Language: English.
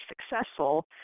successful